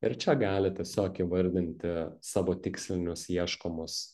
ir čia galit tiesiog įvardinti savo tikslinius ieškomus